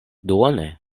duone